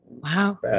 Wow